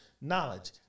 knowledge